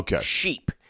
sheep